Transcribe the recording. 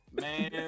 Man